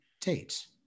date